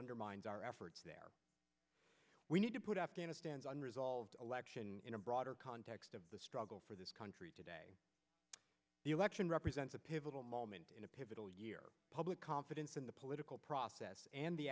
undermines our efforts there we need to put afghanistan's unresolved election in a broader context of the struggle for this country today the election represents a pivotal moment in a pivotal year public confidence in the political process and the